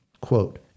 quote